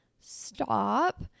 stop